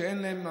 שאין להם,